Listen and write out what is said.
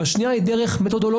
והשנייה היא מתודולוגית,